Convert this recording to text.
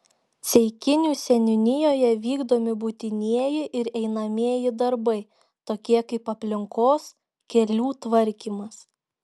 ceikinių seniūnijoje vykdomi būtinieji ir einamieji darbai tokie kaip aplinkos kelių tvarkymas